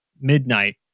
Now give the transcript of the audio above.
midnight